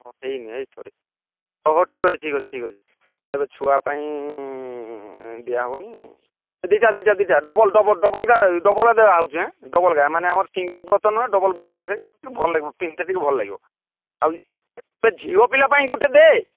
ହଁ ସେଇ ନେଇ ଚଲେ ହଉ ହଉ ଠିକ୍ ଅଛି ଠିକ୍ ଅଛି ଠିକ୍ ଅଛି ତେବେ ଛୁଆପାଇଁ ଦିଆ ହେବନି ସେ ଦିଟା ଦିଟା ଦିଟା ଡବଲ୍ ଡବଲ୍ ଡବଲ୍ ଗା ଡବଲ୍ ଗା ଦିଆ ଦେଉଛି ହାଁ ଡବଲ୍ ଗା ମାନେ ଆମର ସିଂଗଲ୍ ବ୍ରତ ନୁହେଁ ଡବଲ୍ ବ୍ରତ ସେ ଗା ଟିକେ ଭଲ ଲାଗିବ ପିନ୍ଧିତେ ଟିକେ ଭଲ ଲାଗିବ ପିନ୍ଧିତେ ଭଲ ଲାଗିବ ଆଉ ଝିଅ ପିଲା ପାଇଁ ଗୁଟେ ଦେ